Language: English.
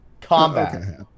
Combat